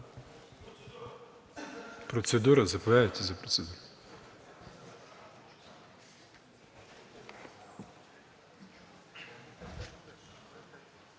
Процедура?